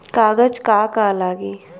कागज का का लागी?